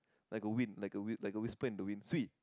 like a wind like a wind like we speak to wind cui